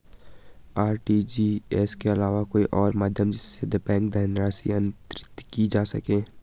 RTGS के अलावा कोई और माध्यम जिससे बैंक धनराशि अंतरित की जा सके?